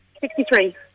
Sixty-three